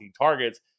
targets